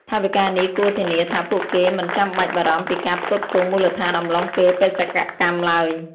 ថវិកានេះគួរធានាថាពួកគេមិនចាំបាច់បារម្ភពីការផ្គត់ផ្គង់មូលដ្ឋានអំឡុងពេលបេសកកម្មឡើយ។